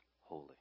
holy